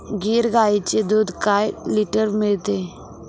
गीर गाईचे दूध काय लिटर मिळते?